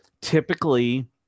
typically